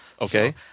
Okay